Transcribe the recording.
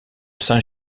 saint